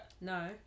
No